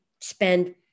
spend